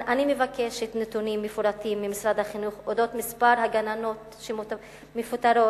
אני מבקשת נתונים מפורטים ממשרד החינוך על מספר הגננות שמפוטרות,